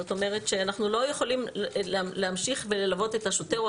זאת אומרת שאנחנו לא יכולים להמשיך ללוות את השוטר או